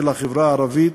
של החברה הערבית,